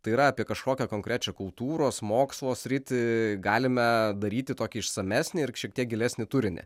tai yra apie kažkokią konkrečią kultūros mokslo sritį galime daryti tokį išsamesnį ir šiek tiek gilesnį turinį